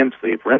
sleep